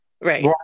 Right